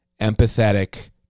empathetic